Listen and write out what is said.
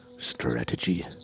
strategy